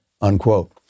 unquote